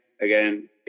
again